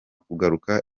kugaruka